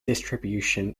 distribution